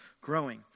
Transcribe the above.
growing